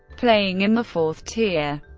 playing in the fourth tier,